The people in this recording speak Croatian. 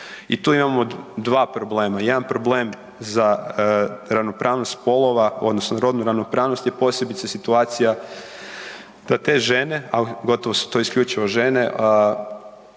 I tu imamo dva problema, jedan problem za ravnopravnost spolova odnosno rodnu ravnopravnost je posebice situacija da te žene, ali gotovo su to isključivo žene